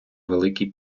великий